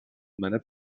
meiner